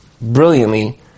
brilliantly